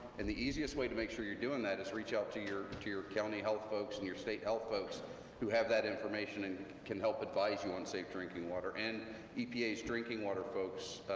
and the easiest way to make sure you're doing that is to reach out to your to your county health folks, and your state health folks who have that information, and can help advise you on safe drinking water. and epa's drinking water folks,